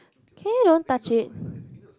can you don't touch it